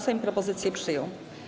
Sejm propozycję przyjął.